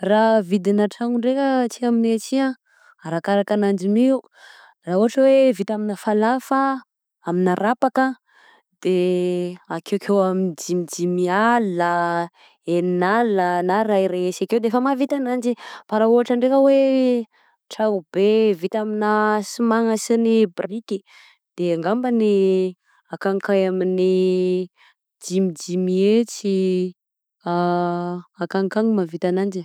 Ra vidina trano ndraika aty aminay aty aminay aty arakaraka agnanjy my io, ra ohatra oe vita amin'ny falafa amina rapaka de akekeo amin'ny dimidimy alina enin'alina na rairay hesy akeo defa mavita agnanjy fa ra ohatra ndraiky hoe trano be vita amina simagna sy biriky de ngambany akanikany amin'ny dimidimy hesy akanikany mahavita ananjy.